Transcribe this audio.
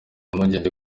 impungenge